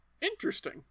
Interesting